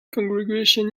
congregation